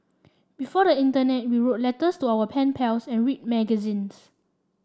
before the internet we wrote letters to our pen pals and read magazines